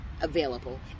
available